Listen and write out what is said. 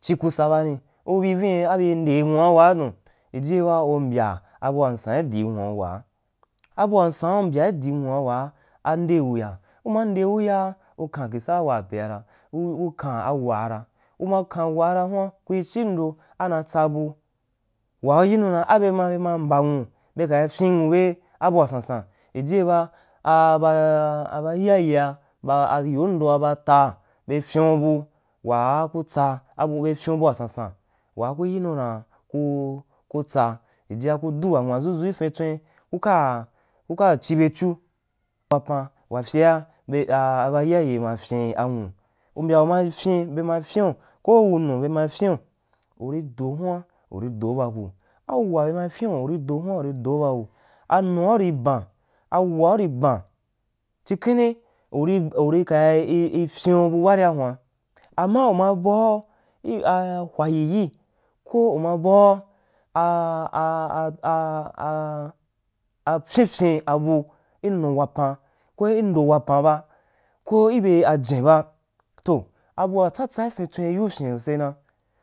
Chikusa baheku bi viin abi nde nwuawaa dun ijieba u mbya abua nsen idii nwuawaa abua nsan ki mbya idii nwuawaa a nde wuya. Uma nde wu yaa u kem khisaa waapera uu kan waara uma kan waara kui chindo ana tsa bu waa n yi nu dan abe magema ka mbanwu be kai fyin nwube ahua sansan, ijie ba aba aba ayayea ba a yondoa baa taa be fyenubu waa ku tsa abu be fyimbu asansan, waa ku yinu dan ku ku tsa jigia ku du wa nwa dʒudʒu i fintswín kuka chibechu wajar wa fyea a a baiyaye ma fyin anwu un bya uma fyín be ma fyinu kou wunu be ma fyiun do huan uri do bake au, wuwa be ma fyin uri du huan uri de ba ku anua uri ban awua uri ben chi keni uri urikai ii, fyíum bu baari ahuan ama uma bau yi aa hwayyi ko uma bau ah fyifyen abu i nu wapan ko indo wapan ba ki i be ajen ba toh abua tsatsa i fin tswen i yiu fyin sosai na